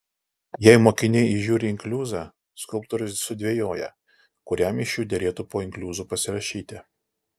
jei mokiniai įžiūri inkliuzą skulptorius sudvejoja kuriam iš jų derėtų po inkliuzu pasirašyti